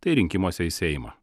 tai rinkimuose į seimą